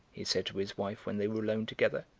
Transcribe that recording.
he said to his wife when they were alone together.